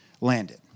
landed